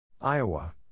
Iowa